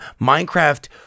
Minecraft